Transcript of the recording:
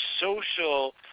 social